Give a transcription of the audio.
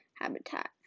habitat